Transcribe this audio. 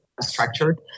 structured